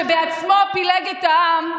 שבעצמו פילג את העם,